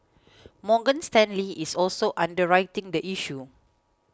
Morgan Stanley is also underwriting the issue